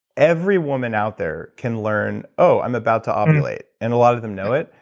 every woman out there can learn, oh, i'm about to um ovulate, and a lot of them know it.